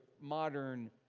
modern